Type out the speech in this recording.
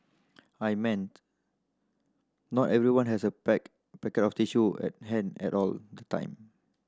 I meant not everyone has a black packet of tissue at hand and all the time